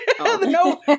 no